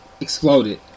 exploded